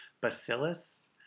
Bacillus